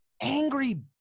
angry